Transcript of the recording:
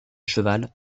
cheval